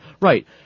Right